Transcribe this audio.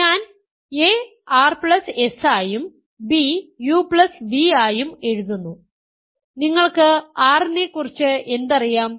ഞാൻ a rs ആയും b uv ആയും എഴുതുന്നു നിങ്ങൾക്ക് r നെ കുറിച്ച് എന്തറിയാം